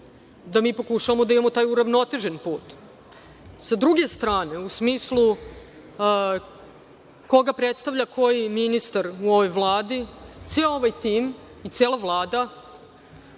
da mi pokušavamo da imamo taj uravnotežen put. Sa druge strane, u smislu koga predstavlja koji ministar u ovoj Vladi. Ceo ovaj tim i cela Vlada